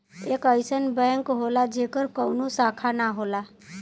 एक अइसन बैंक होला जेकर कउनो शाखा ना होला